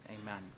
Amen